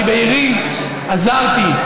עיסאווי,